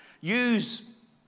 Use